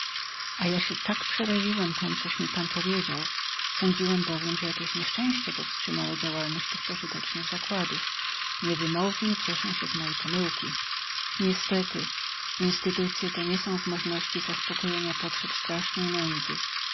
a ja się tak przeraziłem tem coś mi pan powiedział sądziłem bowiem że jakieś nieszczęście powstrzymało działalność tych pożytecznych zakładów niewymownie cieszę się z mojej pomyłki niestety instytucje te nie są w możności zaspokojenia potrzeb strasznej nędzy